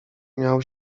miał